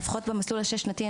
לפחות במסלול השש-שנתי,